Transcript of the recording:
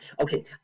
Okay